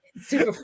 Super